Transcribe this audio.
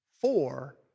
four